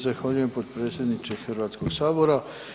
Zahvaljujem potpredsjedniče Hrvatskog sabora.